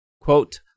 quote